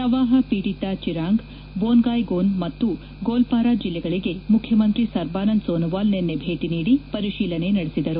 ಪ್ರವಾಹ ಪೀಡಿತ ಚಿರಾಂಗ್ ಬೋನ್ಗಾಯ್ಗೋನ್ ಮತ್ತು ಗೋಲ್ಪಾರ ಜಿಲ್ಲೆಗಳಿಗೆ ಮುಖ್ಯಮಂತ್ರಿ ಸರ್ಬಾನಂದ ಸೋನೊವಾಲ್ ನಿನ್ನೆ ಭೇಟಿ ನೀದಿ ಪರಿಶೀಲನೆ ನಡೆಸಿದರು